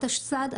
התשס"ד,